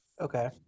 Okay